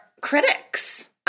critics